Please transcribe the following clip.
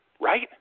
right